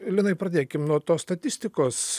linai pradėkim nuo tos statistikos